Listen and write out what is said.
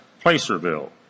Placerville